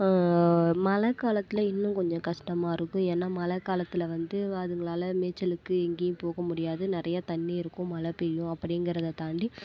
மழைக் காலத்தில் இன்னும் கொஞ்சம் கஸ்டமாக இருக்கும் ஏன்னா மழை காலத்தில் வந்து அதுங்களால் மேய்ச்சலுக்கு எங்கேயும் போக முடியாது நிறைய தண்ணி இருக்கும் மழை பெய்யும் அப்படிங்கறத தாண்டி